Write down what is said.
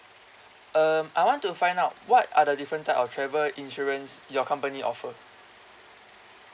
um I want to find out what are the different type of travel insurance your company offer